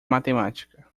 matemática